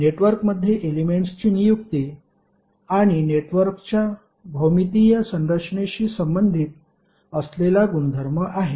नेटवर्कमध्ये एलेमेंट्सची नियुक्ती आणि नेटवर्कच्या भौमितीय संरचनेशी संबंधित असलेला गुणधर्म आहे